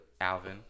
Alvin